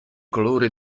colore